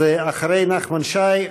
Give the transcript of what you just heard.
אז אחרי נחמן שי,